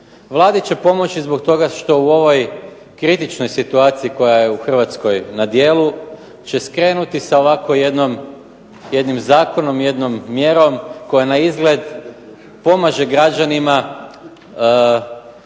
Vladi će pomoći zbog toga što u ovoj kritičnoj situaciji koja je u Hrvatskoj na djelu će skrenuti sa ovako jednim zakonom, jednom mjerom koja naizgled pomaže građanima